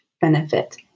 benefit